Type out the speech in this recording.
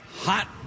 Hot